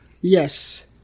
Yes